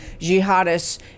jihadists